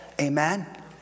Amen